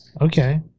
Okay